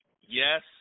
yes